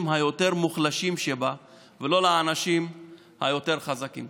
היותר-מוחלשים שבה ולא לאנשים היותר-חזקים.